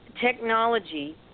technology